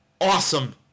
awesome